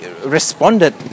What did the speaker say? responded